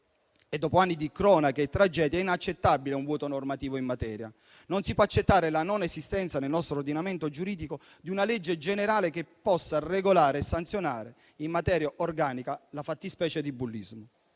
Dopo anni di cronache e tragedie è inaccettabile un voto normativo in materia. Non si può accettare la non esistenza, nel nostro ordinamento giuridico, di una legge generale che possa regolare e sanzionare in maniera organica la fattispecie di bullismo.